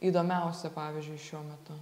įdomiausia pavyzdžiui šiuo metu